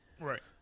Right